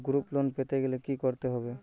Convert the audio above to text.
Group loan পেতে গেলে কি করতে হবে?